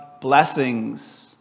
blessings